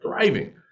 thriving